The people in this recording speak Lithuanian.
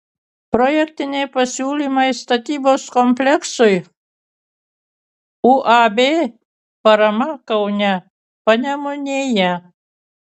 projektiniai pasiūlymai statybos kompleksui uab parama kaune panemunėje